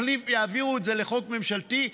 שיעבירו את זה לחוק ממשלתי,